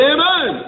Amen